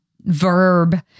verb